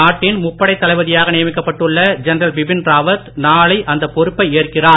நாட்டின் முப்படைத் தளபதியாக நியமிக்கப்பட்டுள்ள ஜென்ரல் பிபின் ராவத் நாளை அந்த பொறுப்பை ஏற்கிறார்